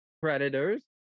Predators